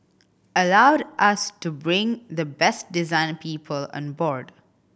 allowed us to bring the best design people on board